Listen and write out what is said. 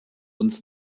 uns